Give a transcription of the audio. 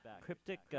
Cryptic